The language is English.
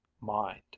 mind